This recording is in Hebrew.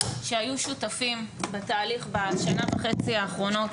שהיו שותפים לתהליך בשנה וחצי האחרונות.